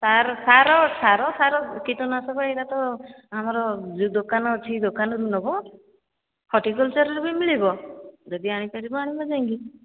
ସାର ସାର ସାର ସାର କୀଟନାଶକ ଏଇଟା ତ ଆମର ଯେଉଁ ଦୋକାନ ଅଛି ଦୋକାନରୁ ନେବ ହର୍ଟିକଲଚରରେ ବି ମିଳିବ ଯଦି ଆଣିପାରିବ ଆଣିବ ଯାଇକି